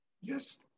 Yes